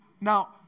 Now